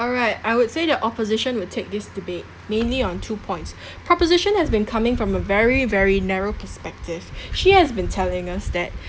alright I would say the opposition will take this debate mainly on two points proposition has been coming from a very very narrow perspective she has been telling us that